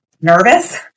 nervous